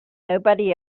nobody